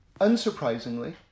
unsurprisingly